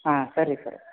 ಹಾಂ ಸರಿ ಸರ